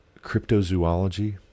cryptozoology